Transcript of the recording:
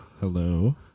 Hello